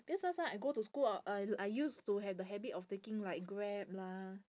that's why last time I go to school uh I I used to have the habit of taking like Grab lah